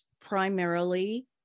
primarily